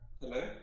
Hello